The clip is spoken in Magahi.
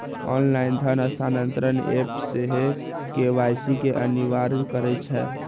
ऑनलाइन धन स्थानान्तरण ऐप सेहो के.वाई.सी के अनिवार्ज करइ छै